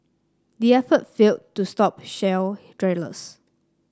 the effort failed to stop shale drillers